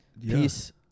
peace